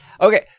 Okay